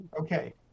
Okay